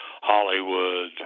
Hollywood